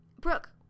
Brooke